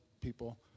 people